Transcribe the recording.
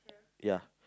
ya